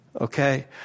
Okay